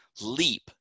leap